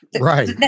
Right